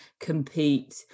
compete